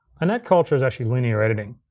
and that culture is actually linear editing.